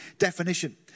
definition